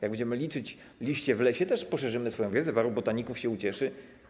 Jak będziemy liczyć liście w lesie, to też poszerzymy swoją wiedzę, paru botaników się ucieszy.